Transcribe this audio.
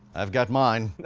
i've got mine.